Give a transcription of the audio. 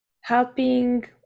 helping